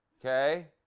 Okay